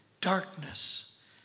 darkness